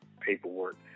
paperwork